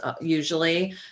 usually